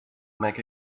make